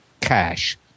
cash